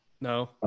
No